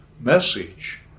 message